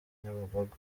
nyabugogo